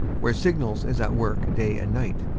where signals is at work day and night.